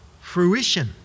fruition